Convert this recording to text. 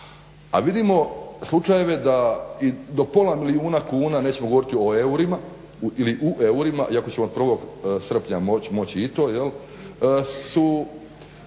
A vidimo slučajeve da i do pola milijuna kuna, nećemo govoriti o eurima, ili u eurima ikako ćemo od 1. srpnja moći i to, su